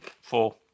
Four